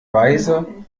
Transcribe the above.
weise